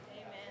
Amen